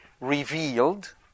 revealed